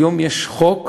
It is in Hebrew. היום יש חוק,